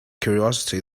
curiosity